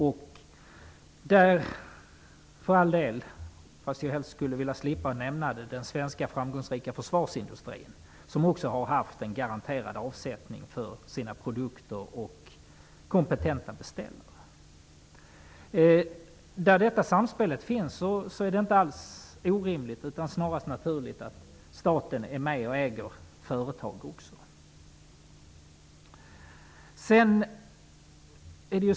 Jag skulle helst vilja slippa nämna den svenska framgångsrika försvarsindustrin, som också har haft garanterad avsättning för sina produkter och kompetenta beställare. I de fall där det finns ett sådant samspel är det inte alls orimligt utan snarast naturligt att staten är med och äger företag.